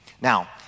Now